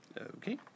Okay